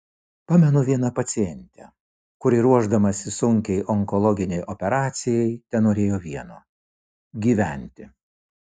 pamenu vieną pacientę kuri ruošdamasi sunkiai onkologinei operacijai tenorėjo vieno gyventi